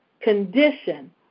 condition